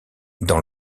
dans